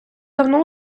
давно